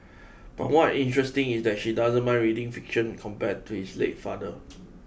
but what interesting is that she doesn't mind reading fiction compared to his late father